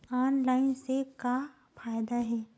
Online से का फ़ायदा हे?